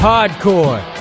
Hardcore